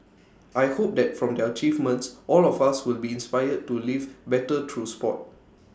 I hope that from their achievements all of us will be inspired to live better through Sport